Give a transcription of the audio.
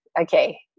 okay